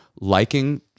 liking